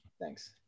Thanks